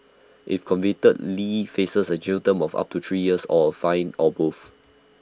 if convicted lee faces A jail term of up to three years or A fine or both